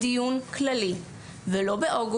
לדיון כללי על ביטול תשלומי ההורים שלא יהיה באוגוסט,